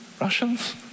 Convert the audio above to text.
Russians